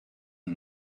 and